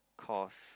cause